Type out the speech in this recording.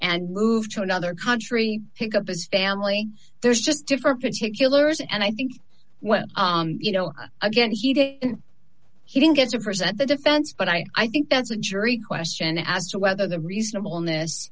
and move to another country pick up his family there's just different particulars and i think well you know again he did and he didn't get to present the defense but i think that's a jury question as to whether the reasonable ness